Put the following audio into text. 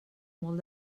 molt